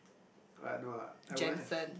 I don't know lah I wouldn't have